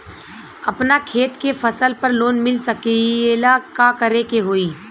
अपना खेत के फसल पर लोन मिल सकीएला का करे के होई?